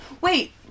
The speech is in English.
wait